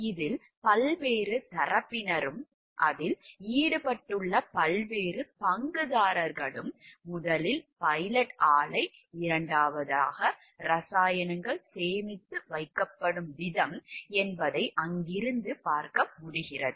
இதில் பல்வேறு தரப்பினரும் அதில் ஈடுபட்டுள்ள பல்வேறு பங்குதாரர்களும் முதலில் பைலட் ஆலை இரண்டாவதாக ரசாயனங்கள் சேமித்து வைக்கப்படும் விதம் என்பதை அங்கிருந்து பார்க்க முடிகிறது